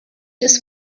his